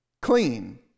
clean